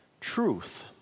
truth